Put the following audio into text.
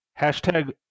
Hashtag